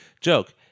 joke